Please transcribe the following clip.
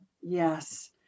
Yes